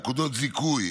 נקודות זיכוי,